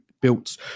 built